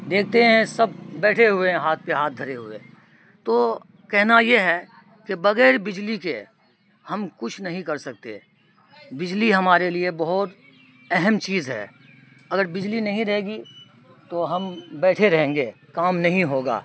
دیکھتے ہیں سب بیٹھے ہوئے ہیں ہاتھ پہ ہاتھ دھرے ہوئے تو کہنا یہ ہے کہ بغیر بجلی کے ہم کچھ نہیں کر سکتے بجلی ہمارے لیے بہت اہم چیز ہے اگر بجلی نہیں رہے گی تو ہم بیٹھے رہیں گے کام نہیں ہوگا